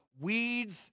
weeds